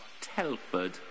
Telford